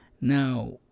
now